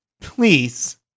please